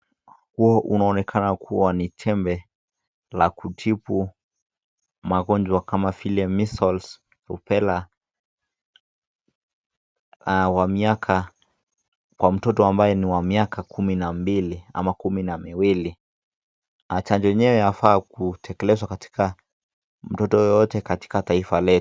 Huu unaonekana kuwa ni tembe ya kutibu magonjwa kama vile measles, rubella wa miaka, kwa mtoto ambaye ni wa miaka kumi na mbili ama kumi na miwili. Chanjo yenyewe inafaa kutekelezwa kwa mtoto yeyote katika taifa letu.